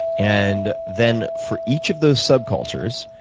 and then for each of those subcultures,